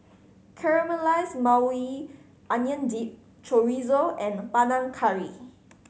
Caramelize Maui Onion Dip Chorizo and Panang Curry